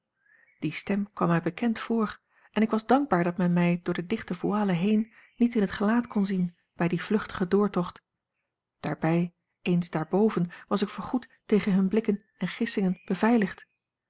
die stem kwam mij bekend voor en ik was dankbaar dat men mij door de dichte voile heen niet in het gelaat kon zien bij dien vluchtigen doortocht daarbij eens daar boven was ik voorgoed tegen hunne blikken en gissingen beveilligd